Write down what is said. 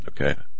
okay